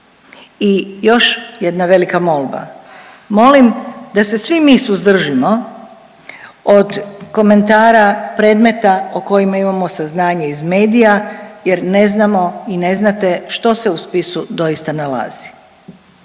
I još jedna velika molba. Molim da se svi mi suzdržimo od komentara predmeta o kojima imamo saznanje iz medija jer ne znamo i ne znate što se u spisu doista nalazi.